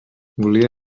volia